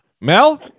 Mel